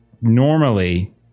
normally